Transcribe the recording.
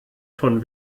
von